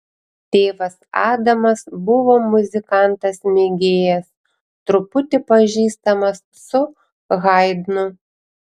tėvas adamas buvo muzikantas mėgėjas truputį pažįstamas su haidnu